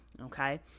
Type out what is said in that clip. okay